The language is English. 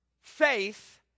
faith